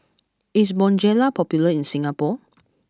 is Bonjela popular in Singapore